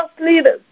leaders